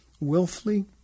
willfully